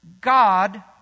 God